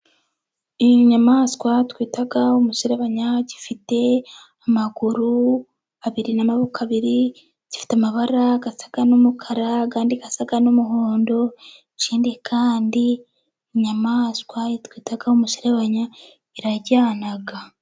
Iyi nyamaswa twita umuserebanya ifite amaguru abiri n'amaboko abiri, ifite amabara asa n'umukara, ayandi asa n'umuhondo, ikindi kandi iyi inyamaswa twita umuserebanya iraryana.